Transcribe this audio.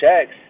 checks